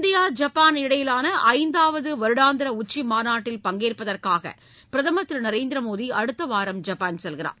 India Japan இடையிலான ஐந்தாவது வருடாந்திர உச்சி மாநாட்டில் பங்கேற்பதற்காக பிரதமர் திரு நரேந்திர மோடி அடுத்த வாரம் ஜப்பான் செல்கிறார்